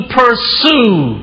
pursue